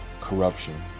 corruption